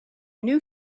new